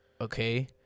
okay